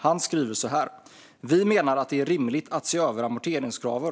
Han skrev så här: "Vi menar att det är rimligt att se över amorteringskraven.